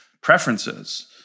preferences